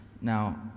Now